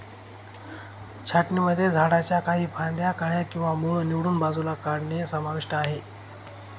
छाटणीमध्ये झाडांच्या काही फांद्या, कळ्या किंवा मूळ निवडून बाजूला काढणे समाविष्ट आहे